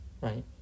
Right